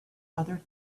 other